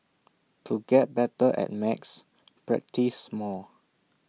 to get better at maths practise more